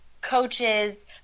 coaches